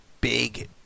big